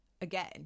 again